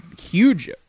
huge